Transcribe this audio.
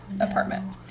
apartment